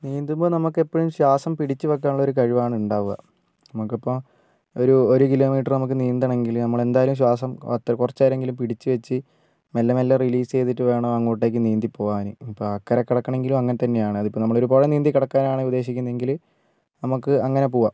നീന്തുമ്പോൾ നമുക്ക് എപ്പോഴും ശ്വാസം പിടിച്ചു വയ്ക്കാനുള്ള ഒരു കഴിവാണ് ഉണ്ടാവുക നമുക്കിപ്പോൾ ഒരു ഒരു കിലോമീറ്റർ നമുക്ക് നീന്തണമെങ്കിൽ നമ്മളെന്തായാലും ശ്വാസം അത്ര കുറച്ചു നേരമെങ്കിലും പിടിച്ചു വച്ച് മെല്ലെ മെല്ലെ റിലീസ് ചെയ്തിട്ട് വേണം അങ്ങോട്ടേക്ക് നീന്തിപ്പോവാൻ ഇപ്പോൾ അക്കരെ കടക്കണമെങ്കിലും അങ്ങനെതന്നെയാണ് അതിപ്പം നമ്മളൊരു പുഴ നീന്തി കടക്കാനാണ് ഉദ്ദേശിക്കുന്നതെങ്കിൽ നമുക്ക് അങ്ങനെ പോവാം